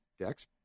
dex